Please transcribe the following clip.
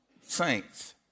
Saints